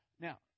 Now